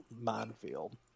minefield